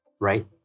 right